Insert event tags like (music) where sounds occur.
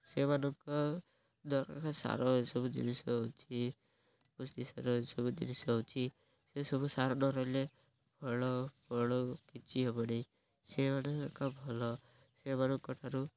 ସେମାନଙ୍କ (unintelligible) ସାର ଏସବୁ ଜିନିଷ ହଉଛି ପୁଷ୍ଟିସାର ଏସବୁ ଜିନିଷ ହଉଛି ସେସବୁ ସାର ନ ରହିଲେ ଫଳ ଫଳ କିଛି ହେବନି ସେମାନେ (unintelligible) ଏକା ଭଲ ସେମାନଙ୍କ ଠାରୁ